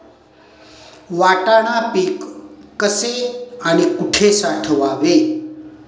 वाटाणा पीक कसे आणि कुठे साठवावे?